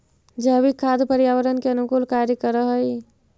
जैविक खाद पर्यावरण के अनुकूल कार्य कर हई